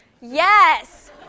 Yes